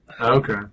Okay